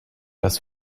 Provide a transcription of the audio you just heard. das